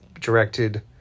directed